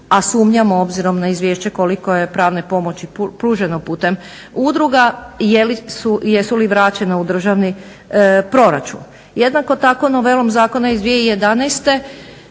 a sumnjamo obzirom na izvješće koliko je pravne pomoći pruženo putem udruga je li su, jesu li vraćena u državni proračun. Jednako tako novelom zakona iz 2011.